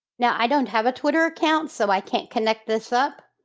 now i don't have a twitter account so i can't connect this up.